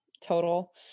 total